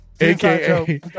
aka